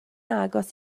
agos